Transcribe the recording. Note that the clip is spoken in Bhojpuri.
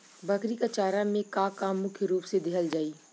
बकरी क चारा में का का मुख्य रूप से देहल जाई?